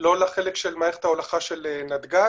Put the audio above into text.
לא לחלק של מערכת ההולכה של נתג"ז.